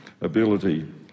ability